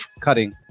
cutting